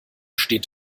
steht